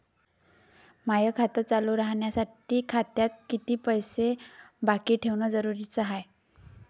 माय खातं चालू राहासाठी खात्यात कितीक पैसे बाकी ठेवणं जरुरीच हाय?